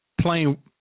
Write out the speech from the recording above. playing